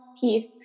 peace